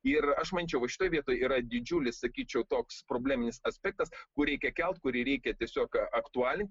ir aš manyčiau va šitoj vietoj yra didžiulis sakyčiau toks probleminis aspektas kur reikia kelt kurį reikia tiesiog aktualint